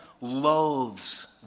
loathes